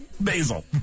Basil